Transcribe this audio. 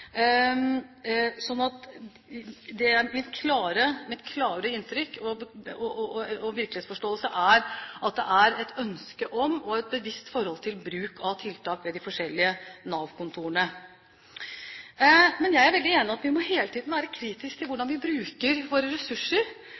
Mitt klare inntrykk og min virkelighetsforståelse er at det er et ønske om, og et bevisst forhold til, bruk av tiltak ved de forskjellige Nav-kontorene. Men jeg er veldig enig i at vi hele tiden må være kritiske til hvordan vi bruker våre ressurser,